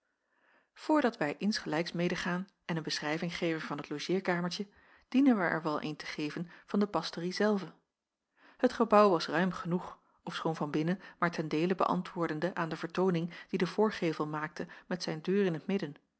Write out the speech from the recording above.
voordat wij insgelijks medegaan en een beschrijving geven van het logeerkamertje dienen wij er wel eene te geven van de pastorie zelve het gebouw was ruim genoeg ofschoon van binnen maar ten deele beäntwoordende aan de vertooning die de voorgevel maakte met zijn deur in t midden